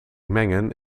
mengen